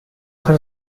hojas